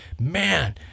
man